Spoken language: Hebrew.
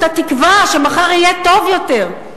את התקווה שמחר יהיה טוב יותר.